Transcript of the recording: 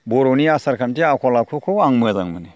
बर'नि आसार खान्थि आखल आखुखौ आं मोजां मोनो